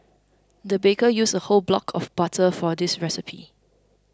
the baker used a whole block of butter for this recipe